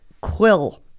quill